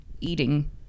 eating